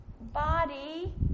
body